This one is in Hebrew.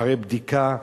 אחרי בדיקה,